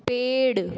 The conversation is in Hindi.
पेड़